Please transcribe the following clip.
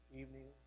evening